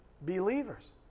believers